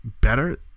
better